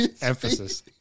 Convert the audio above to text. Emphasis